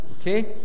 okay